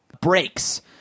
breaks